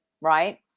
right